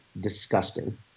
disgusting